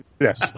Yes